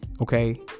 Okay